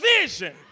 vision